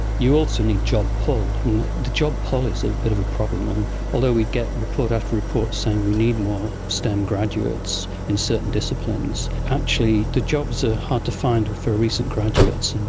you also need job pull, and the job pull is a bit of a problem. and although we get report after report saying we need more stem graduates in certain disciplines, actually the jobs are hard to find for recent graduates. and